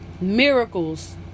miracles